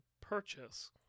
purchase